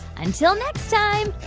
until next time,